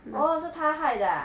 orh 是他害的啊